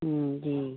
जी